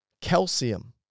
calcium